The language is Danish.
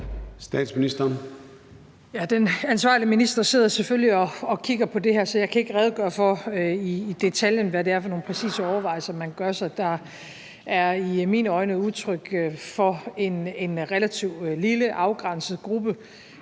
Frederiksen): Den ansvarlige minister sidder selvfølgelig og kigger på det her, så jeg kan ikke redegøre for i detaljen, hvad det er for nogle præcise overvejelser, man gør sig. Der er i mine øjne tale om en relativt lille, afgrænset gruppe,